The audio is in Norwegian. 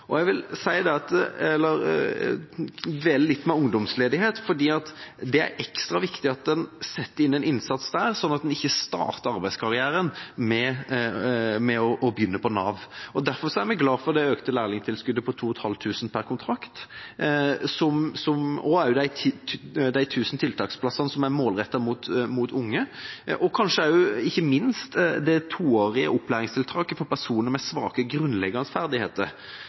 ungdom. Jeg vil dvele litt ved ungdomsledighet fordi det er ekstra viktig at en setter inn en innsats der, sånn at en ikke starter arbeidskarrieren med å begynne på Nav. Derfor er vi glad for det økte lærlingtilskuddet på 2 500 kr per kontrakt og de 1 000 tiltaksplassene som er målrettet mot unge, og ikke minst det toårige opplæringstiltaket for personer med svake grunnleggende ferdigheter,